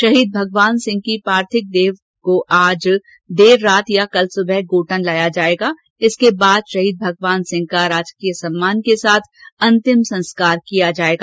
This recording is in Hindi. शहीद भगवान सिंह की पार्थिव देह आज देर रात या कल सुबह गोटन लाया जाएगा इसके बाद शहीद भगवानसिंह का राजकीय सम्मान के साथ अंतिम संस्कार किया जाएगा